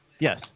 Yes